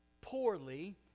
poorly